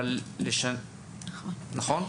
נכון?